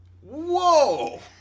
Whoa